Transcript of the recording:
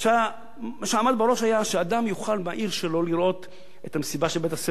הרעיון היה שאדם יוכל בעיר שלו לראות את המסיבה של בית-הספר,